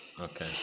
okay